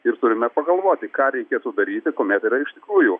ir turime pagalvoti ką reikėtų daryti kuomet yra iš tikrųjų